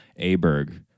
aberg